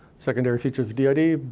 secondary features of did,